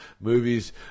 Movies